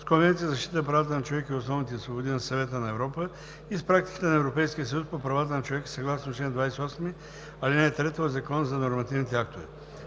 с Конвенцията за защита правата на човека и основните свободи на Съвета на Европа и с практиката на Европейския съд по правата на човека съгласно чл. 28, ал. 3 от Закона за нормативните актове.